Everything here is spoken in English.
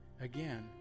Again